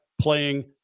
playing